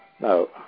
No